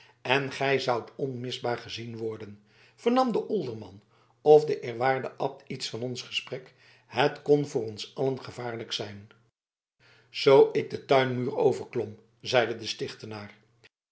en gij zoudt onmisbaar gezien worden vernam de olderman of de eerwaarde abt iets van ons gesprek het kon voor ons allen gevaarlijk zijn zoo ik den tuinmuur overklom zeide de stichtenaar